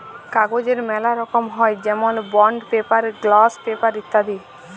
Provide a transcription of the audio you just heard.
কাগজের ম্যালা রকম হ্যয় যেমল বন্ড পেপার, গ্লস পেপার ইত্যাদি